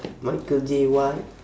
michael jai white